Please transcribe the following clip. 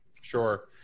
Sure